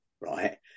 right